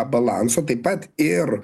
balanso taip pat ir